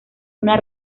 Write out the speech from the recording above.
una